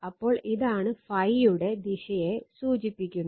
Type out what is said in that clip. അപ്പോൾ ഇതാണ് ഫൈയുടെ ദിശയെ സൂചിപ്പിക്കുന്നത്